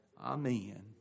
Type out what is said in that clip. amen